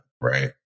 right